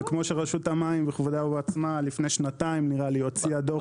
וכמו שרשות המים בכבודה ובעצמה לפני שנתיים הוציאה דוח